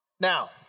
Now